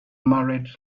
married